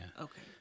okay